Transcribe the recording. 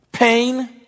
Pain